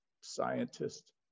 scientist